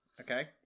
Okay